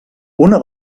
una